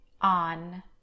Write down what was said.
on